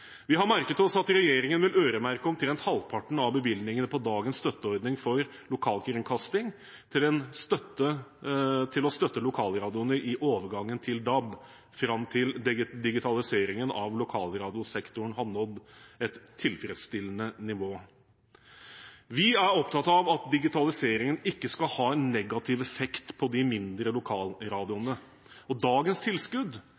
Vi har merket oss at regjeringen vil øremerke omtrent halvparten av bevilgningene på dagens støtteordning for lokalkringkasting til å støtte lokalradioene i overgangen til DAB fram til digitaliseringen av lokalradiosektoren har nådd et tilfredsstillende nivå. Vi er opptatt av at digitaliseringen ikke skal ha en negativ effekt på de mindre lokalradioene. Dagens tilskudd